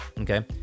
okay